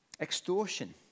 Extortion